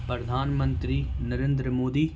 پردھان منتری نریندر مودی